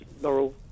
laurel